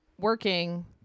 working